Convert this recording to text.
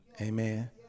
Amen